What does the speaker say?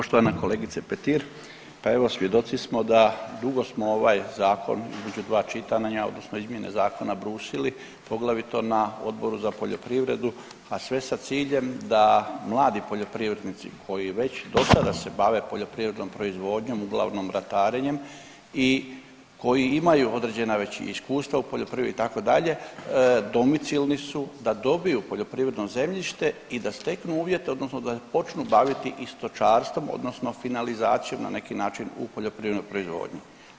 Poštovana kolegice Petir, pa evo svjedoci smo da dugo smo ovaj zakon između dva čitanja, odnosno izmjene zakona brusili poglavito na Odboru za poljoprivredu a sve sa ciljem da mladi poljoprivrednici koji već do sada se bave poljoprivrednom proizvodnjom uglavnom ratarenjem i koji imaju određena već iskustva u poljoprivredi itd. domicilni su, da dobiju poljoprivredno zemljište i da steknu uvjete, odnosno da se počnu baviti i stočarstvom odnosno finalizacijom na neki način u poljoprivrednoj proizvodnji.